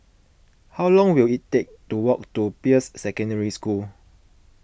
how long will it take to walk to Peirce Secondary School